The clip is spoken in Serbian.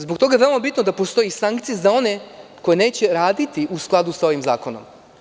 Zbog toga je veoma bitno da postoje sankcije za one koji neće raditi u skladu sa ovim zakonom.